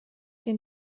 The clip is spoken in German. den